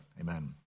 Amen